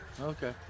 Okay